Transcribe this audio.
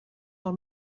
del